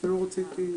כן.